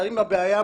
נפטרים מהבעיה,